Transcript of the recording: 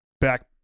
back